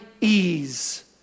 ease